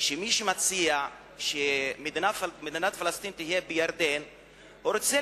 שמי שמציע שמדינת פלסטין תהיה בירדן רוצה